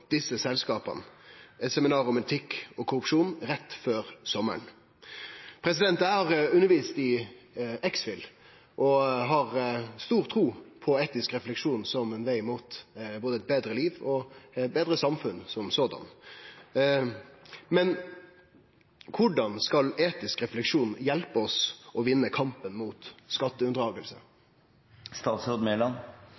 desse selskapa – eit seminar om etikk og korrupsjon rett før sommaren. Eg har undervist i ex. phil. og har stor tru på etisk refleksjon som ein veg mot både eit betre liv og eit betre samfunn. Men korleis skal etisk refleksjon hjelpe oss å vinne kampen mot